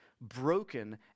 broken